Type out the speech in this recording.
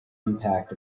impact